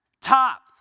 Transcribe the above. Top